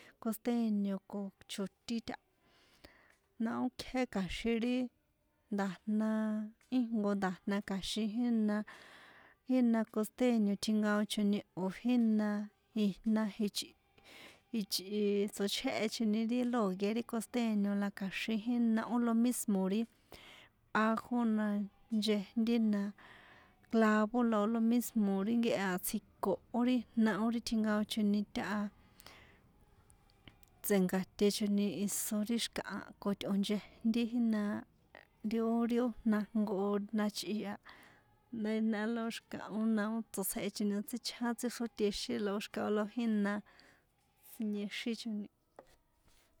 Costeño ko chotín taha na ókjé kja̱xin ri nda̱jna íjnko nda̱jna kja̱xin jína jína costeño tjinkaochoni o̱ jína jijna ichꞌ jichꞌi tsochjéhechoni ri lògue ri costeño la kja̱xin jína ó lo mísmo̱ ri ajo na nchejnti na clavo la lo mísmo̱ ri nkehe a tsjiko ó ri jna ó ri tjinkaochoni táha tse̱nkaṭechoni iso ri xi̱kaha ko tꞌo̱ nchejnti jína nti ó ri ó jna jnko jnachꞌi a mé la ó xi̱kahón na ó tsotsjehechoni tsíchján tsíxrótexín la ó xi̱kahó la ó jína siniexíchoni.